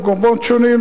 במקומות שונים.